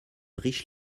riche